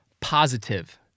positive